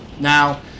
now